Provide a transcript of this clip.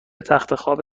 تختخواب